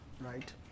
right